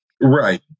Right